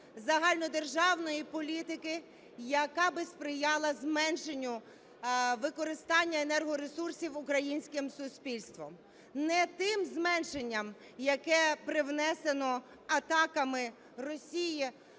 загальнодержавної політики, яка би сприяла зменшенню використання енергоресурсів українським суспільством. Не тим зменшенням, яке привнесено атаками Росії